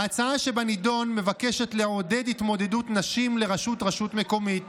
ההצעה שבנדון מבקשת לעודד התמודדות נשים לראשות רשות מקומית